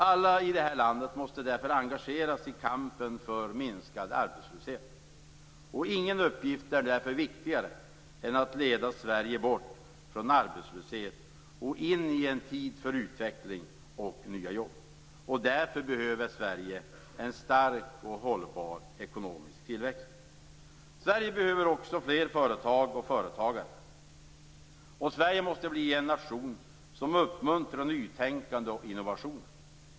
Alla i detta land måste därför engageras i kampen för minskad arbetslöshet. Ingen uppgift är därför viktigare än att leda Sverige bort från arbetslöshet och in i en tid för utveckling och nya jobb. Därför behöver Sverige en stark och hållbar ekonomisk tillväxt. Sverige behöver också fler företag och företagare. Sverige måste bli en nation som uppmuntrar nytänkande och innovationer.